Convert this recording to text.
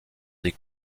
des